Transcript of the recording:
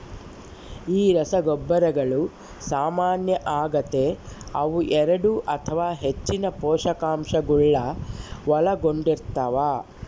ಈ ರಸಗೊಬ್ಬರಗಳು ಸಾಮಾನ್ಯ ಆಗತೆ ಅವು ಎರಡು ಅಥವಾ ಹೆಚ್ಚಿನ ಪೋಷಕಾಂಶಗುಳ್ನ ಒಳಗೊಂಡಿರ್ತವ